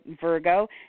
Virgo